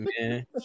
man